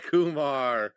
Kumar